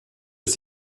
ist